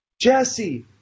Jesse